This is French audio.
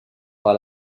par